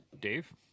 Dave